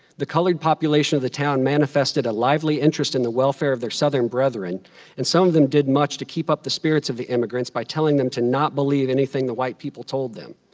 the colored population of the town manifested a lively interest in the welfare of their southern brethren and some of them did much to keep up the spirits of the emigrants by telling them to not believe anything the white people told them,